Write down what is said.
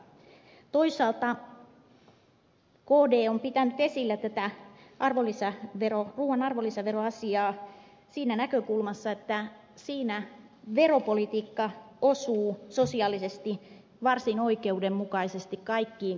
toisaalta kd on pitänyt esillä tätä ruuan arvonlisäveroasiaa siinä näkökulmassa että siinä veropolitiikka osuu sosiaalisesti varsin oikeudenmukaisesti kaikkiin kauppakasseihin